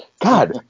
God